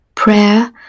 prayer